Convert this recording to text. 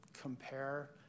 compare